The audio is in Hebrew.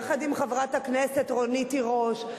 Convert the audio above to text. יחד עם חברת הכנסת רונית תירוש,